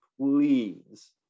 please